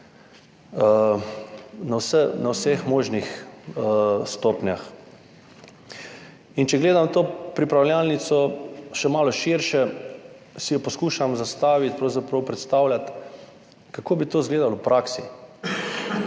na vseh možnih stopnjah. In če gledam to pripravljalnico še malo širše, si poskušam predstavljati, kako bi to izgledalo v praksi,